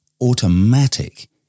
automatic